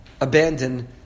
abandon